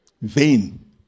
Vain